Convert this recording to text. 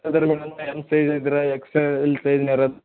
ಅಂದರೆ madam M M size ಇದ್ರೆ X size ಇಲ್ಲ